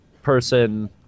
person